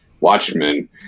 Watchmen